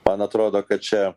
man atrodo kad čia